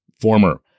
former